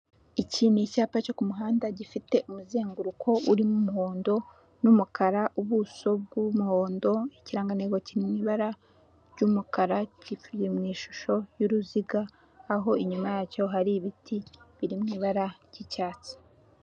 Iki ni icyapa cyo ku muhanda gifite umuzenguruko urimo umuhondo n'umukara ubuso bw'umuhondo ikirangantego kiri mu ibara ry'umukara gifite ishusho y'uruziga, aho inyuma yacyo hari ibiti biri mu ibara ry'icyatsi.